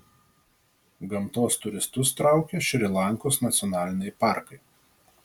gamtos turistus traukia šri lankos nacionaliniai parkai